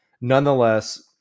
Nonetheless